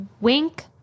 Wink